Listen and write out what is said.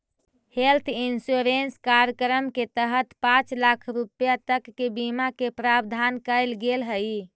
health insurance कार्यक्रम के तहत पांच लाख रुपया तक के बीमा के प्रावधान कैल गेल हइ